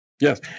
Yes